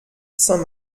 saint